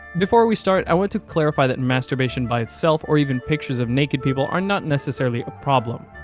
before we start i want to clarify that masturbation by itself or even pictures of naked people are not necessarily a problem.